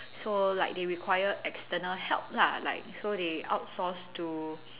so like they require external help lah like so they outsource to